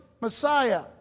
Messiah